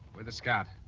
with a scout.